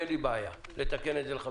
אין לי בעיה לתקן את זה.